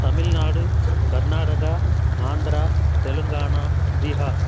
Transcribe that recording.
Tamil Nadu Karnataka Andhra Telangana Bihar